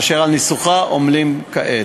אשר על ניסוחה עמלים כעת.